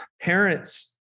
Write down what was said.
parents